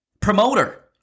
promoter